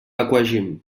aquagym